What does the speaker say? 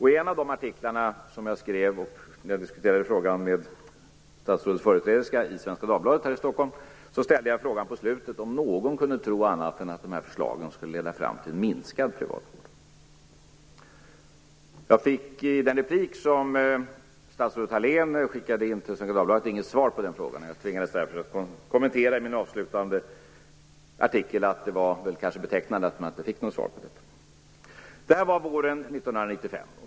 I en av mina artiklar i Svenska Dagbladet ställde jag frågan till statsrådets företrädare om någon kunde tro annat än att detta förslag skulle leda fram till en minskad privatvård. I det genmäle av statsrådet Thalén som publicerades i Svenska Dagbladet fick jag inget svar på den frågan. Jag tvingades därför i min avslutande artikel att konstatera att det kanske var betecknade att det inte gavs något svar på denna fråga. Detta hände under våren 1995.